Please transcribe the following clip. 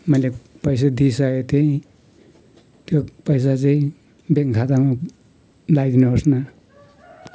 मैले पैसा दिइसकेको थिएँ त्यो पैसा चाहिँ ब्याङ्क खातामा लाइदिनुहोस् न